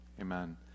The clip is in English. Amen